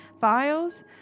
files